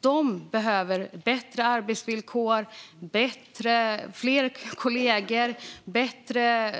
De behöver bättre arbetsvillkor, fler kollegor, bättre